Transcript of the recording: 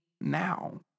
now